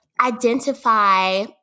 identify